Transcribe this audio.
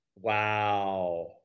Wow